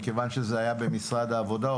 מכיוון שזה היה במשרד העבודה,